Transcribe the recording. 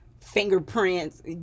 fingerprints